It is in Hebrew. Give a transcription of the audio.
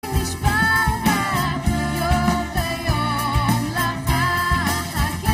נשבע אותך יום ויום, לבחר כיף